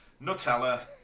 Nutella